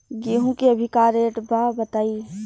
गेहूं के अभी का रेट बा बताई?